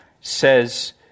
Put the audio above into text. says